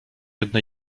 jedna